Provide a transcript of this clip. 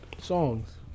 songs